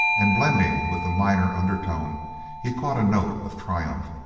and blending with the minor undertone he caught a note of triumph.